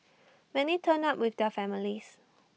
many turned up with their families